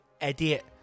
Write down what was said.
idiot